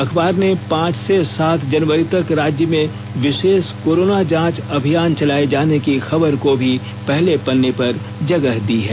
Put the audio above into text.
अखबार ने पांच से सात जनवरी तक राज्य में चलाए जाने विशेष कोरोना जांच अभियान चलाए जाने की खबर को भी पहले पन्ने पर जगह दी है